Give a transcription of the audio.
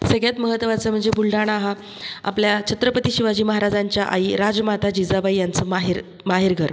सगळ्यांत महत्त्वाचं म्हणजे बुलढाणा हा आपल्या छत्रपती शिवाजी महाराजांच्या आई राजमाता जिजाबाई यांचं माहेर माहेरघर